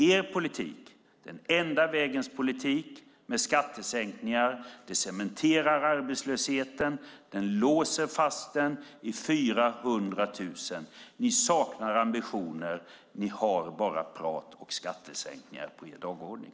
Er politik, den enda vägens politik med skattesänkningar, cementerar arbetslösheten och låser fast den vid 400 000. Ni saknar ambitioner; ni har bara prat och skattesänkningar på er dagordning.